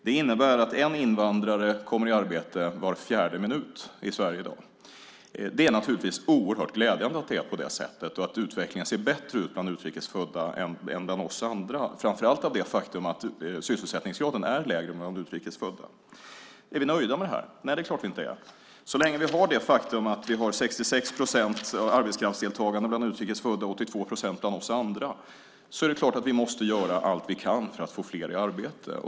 Det innebär att en invandrare kommer i arbete var fjärde minut i Sverige i dag. Det är naturligtvis oerhört glädjande att det är på det sättet och att utvecklingen ser bättre ut bland utrikes födda än bland oss andra, framför allt av det faktum att sysselsättningsgraden är lägre bland utrikes födda. Är vi nöjda med det? Det är klart att vi inte är. Så länge vi har 66 procent av arbetskraftsdeltagande bland utrikes födda och 82 procent bland oss andra måste vi göra allt vi kan för att få fler i arbete.